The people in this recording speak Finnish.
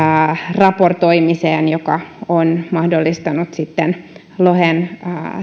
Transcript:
raportoimiseen mikä on mahdollistanut sitten